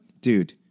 dude